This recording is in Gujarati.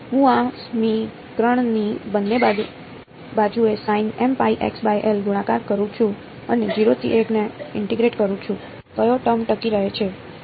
હું આ સમીકરણની બંને બાજુએ ગુણાકાર કરું છું અને 0 થી l ને ઇન્ટીગ્રેટ કરું છું કયો ટર્મ ટકી રહે છે